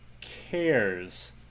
cares